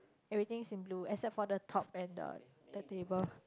everything's in blue except for the top and the the table